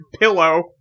pillow